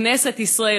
כנסת ישראל,